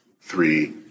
three